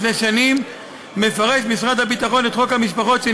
מזה שנים מפרש משרד הביטחון את חוק משפחות חיילים